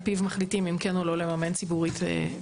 פיו מחליטים אם כן או לא לממן ציבורית תרופה/טכנולוגיה.